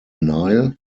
nile